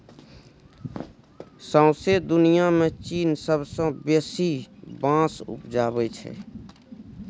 सौंसे दुनियाँ मे चीन सबसँ बेसी बाँस उपजाबै छै